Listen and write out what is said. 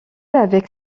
avec